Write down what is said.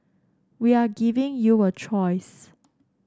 we are giving you a choice